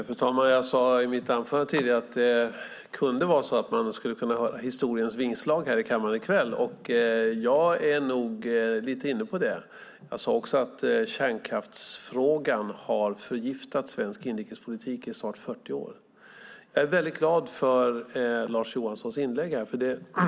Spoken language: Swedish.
Fru talman! Jag sade tidigare i mitt anförande att det kunde vara så att man kunde höra historiens vingslag här i kammaren i kväll. Jag är nog lite inne på det. Jag sade också att kärnkraftsfrågan har förgiftat svensk inrikespolitik i snart 40 år. Jag är väldigt glad för Lars Johanssons inlägg här.